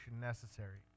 necessary